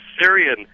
Syrian